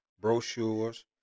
brochures